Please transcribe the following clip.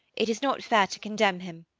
it is not fair to condemn him.